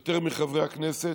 יותר מחברי הכנסת,